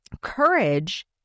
courage